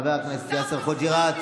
חבר הכנסת יאסר חוג'יראת,